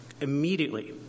immediately